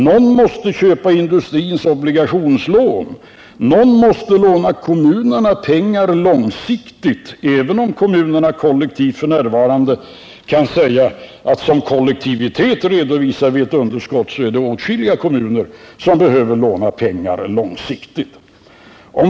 Någon måste köpa industrins obligationer, någon måste låna kommunerna pengar långsiktigt. Även om kommunerna f. n. kan säga att de som kollektiv redovisar ett överskott, är det åtskilliga kommuner som behöver låna pengar långsiktigt.